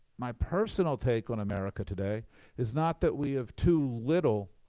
my personal take on america today is not that we have too little